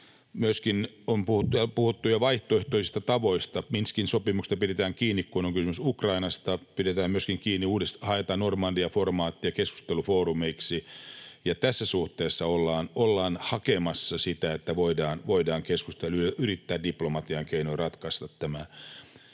myöskin puhuttu jo vaihtoehtoisista tavoista. Minskin sopimuksesta pidetään kiinni, kun on kysymys Ukrainasta, haetaan Normandia-formaattia keskustelufoorumeiksi, ja tässä suhteessa ollaan hakemassa sitä, että voidaan keskustella ja yrittää diplomatian keinoin ratkaista tämä